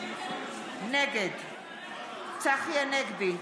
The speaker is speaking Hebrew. נגד צחי הנגבי,